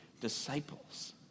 disciples